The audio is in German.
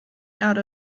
erde